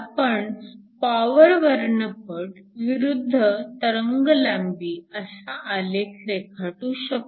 आपण पॉवर वर्णपट विरुद्ध तरंगलांबी असा आलेख रेखाटू शकतो